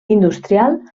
industrial